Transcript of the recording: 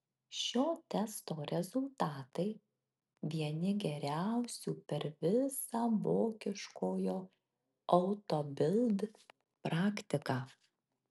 šio testo rezultatai vieni geriausių per visą vokiškojo auto bild praktiką